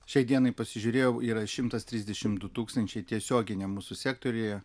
šiai dienai pasižiūrėjau yra šimtas trisdešimt du tūkstančiai tiesioginiam mūsų sektoriuje